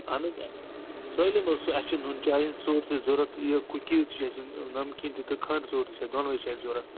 اَہَن حظ سٲلِم حط اَسہِ چھِ نُنہٕ چاے ہٕنٛز ژوٚٹ تہِ ضروٗرت یہِ کُکیٖز تہِ چھِ اَسہِ نمکیٖن تہِ تہٕ کھنٛڈٕ ژوٚٹ تہِ چھِ دۄنوے چھِ اَسہِ ضروٗرت